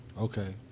Okay